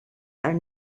are